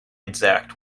exact